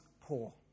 poor